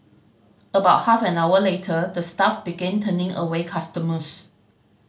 about half an hour later the staff begin turning away customers